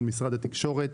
של משרד התקשורת.